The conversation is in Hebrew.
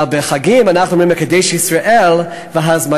אבל בחגים אנחנו אומרים "מקדש ישראל והזמנים",